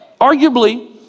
Arguably